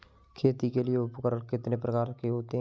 खेती के लिए उपकरण कितने प्रकार के होते हैं?